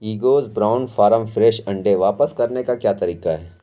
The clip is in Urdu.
ایگوز براؤن فارم فریش انڈے واپس کرنے کا کیا طریقہ ہے